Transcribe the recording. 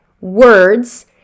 words